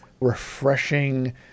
refreshing